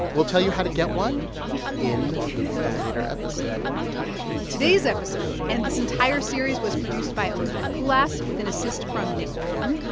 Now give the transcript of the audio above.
we'll tell you how to get one in a later episode today's episode and this entire series was produced by elizabeth kulas, with an assist from nick fountain.